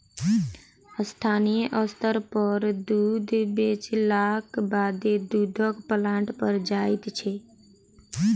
स्थानीय स्तर पर दूध बेचलाक बादे दूधक प्लांट पर जाइत छै